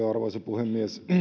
arvoisa puhemies